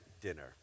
dinner